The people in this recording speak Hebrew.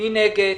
מי נגד?